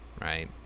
right